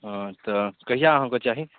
हँ तऽ कहिआ अहाँ कऽ चाही